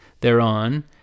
thereon